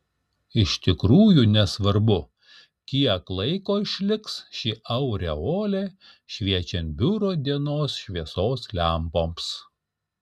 iš tikrųjų nesvarbu kiek laiko išliks ši aureolė šviečiant biuro dienos šviesos lempoms